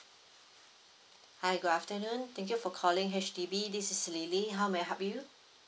hi good afternoon thank you for calling H_D_B this is lily how may I help you